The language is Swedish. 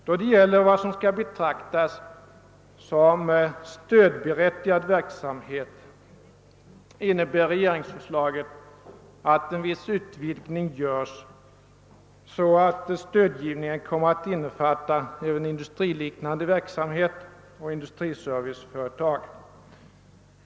Då det gäller frågan vad som skall betraktas som stödberättigad verksamhet innebär regeringsförslaget att en viss utvidgning görs, så att stödgivningen kommer att innefatta även industriliknande verksamhet och industriserviceföretag.